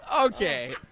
Okay